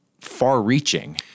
far-reaching